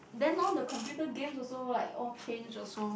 then all the computer games also like all change also